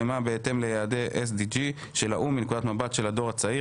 פיתוח בר-קיימא בהתאם ליעדי ה-SDG של האו"ם מנקודת מבט של הדור הצעיר.